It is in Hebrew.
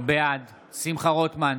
בעד שמחה רוטמן,